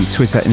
Twitter